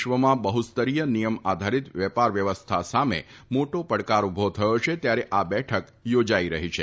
વિશ્વમાં બહ્સ્તરીય નિયમ આધારીત વેપાર વ્યવસ્થા સામે મોટો પડકાર ઉભો થયો છે ત્યારે આ બેઠક યોજાઈ રફી છે